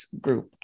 group